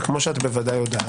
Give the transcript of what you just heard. רק כפי שאת ודאי יודעת,